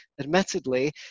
Admittedly